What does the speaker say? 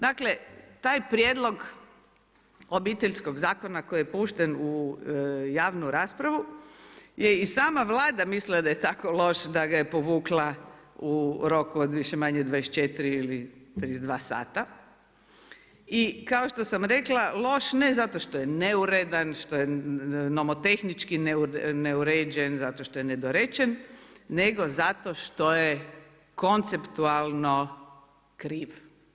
Dakle, taj prijedlog Obiteljskog zakona koji je pušten u javnu raspravu je i sama Vlada mislila da je tako loš da ga je povukla u rok više-manje 24 ili 32 sata i kao što sam rekla, loš, ne zato što je neuredan, što je nomo tehnički neuređen, zato što je nedorečen, nego zato što je konceptualno kriv.